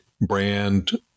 brand